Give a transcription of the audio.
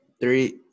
three